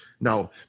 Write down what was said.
Now